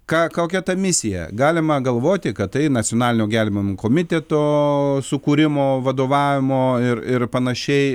ką kokia ta misija galima galvoti kad tai nacionalinio gelbėjimo komiteto sukūrimo vadovavimo ir ir panašiai